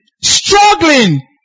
struggling